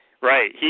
Right